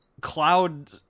Cloud